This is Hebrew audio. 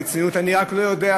ובצניעות; אני רק לא יודע,